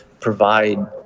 provide